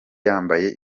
yambaye